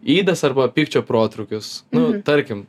ydas arba pykčio protrūkius nu tarkim